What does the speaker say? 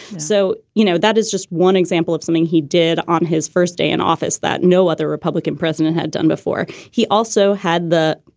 so, you know, that is just one example of something he did on his first day in office that no other republican president had done before. he also had the,